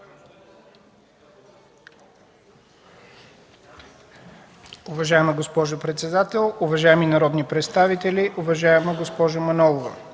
Уважаема госпожо председател, уважаеми народни представители! Уважаема госпожо Манолова,